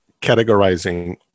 categorizing